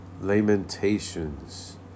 Lamentations